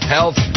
Health